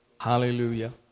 Hallelujah